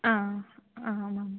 आम् आमाम्